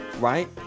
right